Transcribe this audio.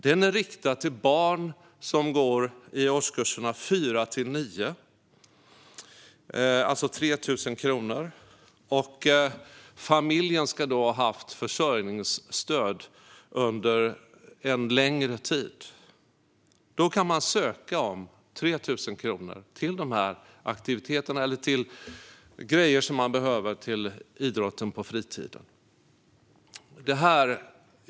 Den är riktad till barn som går i årskurserna 4-9 och är 3 000 kronor. Familjen ska haft försörjningsstöd under en längre tid. Då kan man söka om 3 000 kronor till dessa aktiviteter eller grejer som man behöver till idrotten på fritiden.